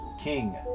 king